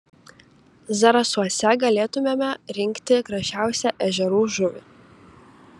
zarasuose galėtumėme rinkti gražiausią ežerų žuvį